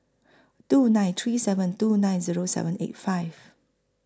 two nine three seven two nine Zero seven eight five